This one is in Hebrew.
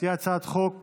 תהיה הצעת חוק